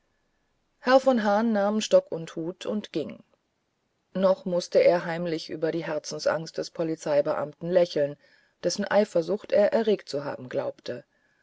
herr von hahn nahm stock und hut und ging noch mußte er heimlich über die herzensangst des polizeibeamten lächeln dessen eifersucht er erregt zu haben glaubte